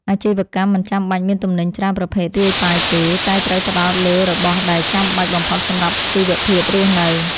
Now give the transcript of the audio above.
អាជីវកម្មមិនចាំបាច់មានទំនិញច្រើនប្រភេទរាយប៉ាយទេ តែត្រូវផ្ដោតលើរបស់ដែលចាំបាច់បំផុតសម្រាប់ជីវភាពរស់នៅ។